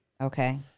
Okay